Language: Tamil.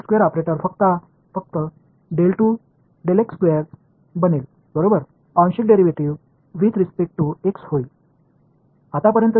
எனவே இந்த ஆபரேட்டர் x ஐப் பொறுத்தவரை பகுதி டெரிவேட்டிவ் ஆக மாறும்